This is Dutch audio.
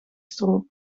stroop